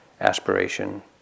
aspiration